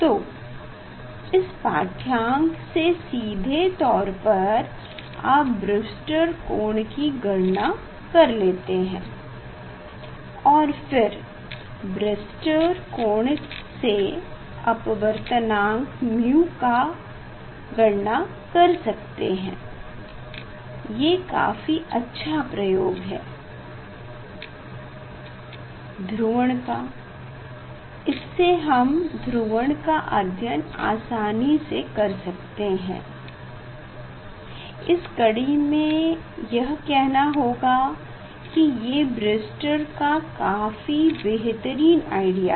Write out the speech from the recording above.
तो इस पाढ़यांक से सीधे तौर पर आप ब्रेव्स्टर कोण की गणना कर लेते हैं और फिर ब्रेव्स्टर कोण से अपवर्तनांक μ की गणना कर सकते हैं ये काफी अच्छा प्रयोग है ध्रुवण का इससे हम ध्रुवण का अध्ययन आसानी से कर सकते हैं इस कड़ी में यह कहना होगा की ये ब्रेव्स्टर का काफी बेहतरीन आइडिया था